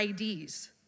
IDs